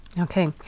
Okay